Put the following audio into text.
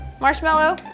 Marshmallow